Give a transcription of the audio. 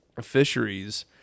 fisheries